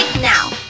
now